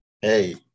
hey